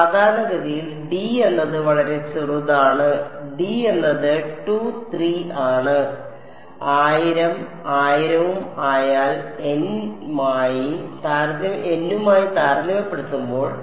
സാധാരണഗതിയിൽ d എന്നത് വളരെ ചെറുതാണ് d എന്നത് 2 3 ആണ് 1000 ഉം 1000 ഉം ആയ n മായി താരതമ്യപ്പെടുത്തുമ്പോൾ